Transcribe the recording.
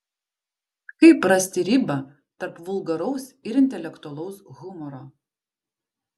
kaip rasti ribą tarp vulgaraus ir intelektualaus humoro